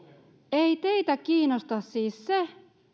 ei teitä kiinnosta siis se